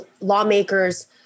lawmakers